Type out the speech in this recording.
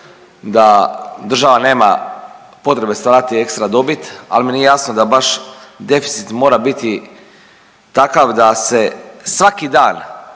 da država nema potrebe stvarati ekstra dobit, ali mi nije jasno da baš deficit mora biti takav da se svaki dan